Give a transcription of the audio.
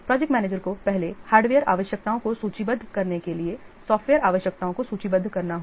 project manager को पहले hardware आवश्यकताओं को सूचीबद्ध करने के लिए सॉफ्टवेयर आवश्यकताओं को सूचीबद्ध करना होगा